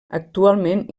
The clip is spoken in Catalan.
actualment